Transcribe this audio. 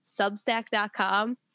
substack.com